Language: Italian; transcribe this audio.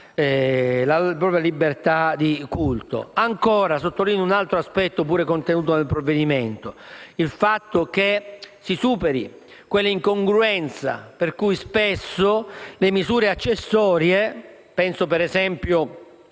la propria libertà di culto. Ancora, sottolineo un altro aspetto contenuto nel provvedimento: il fatto che si superi quell'incongruenza per cui spesso le misure accessorie - penso per esempio